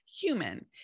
human